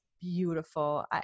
beautiful